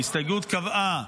ההסתייגות קבעה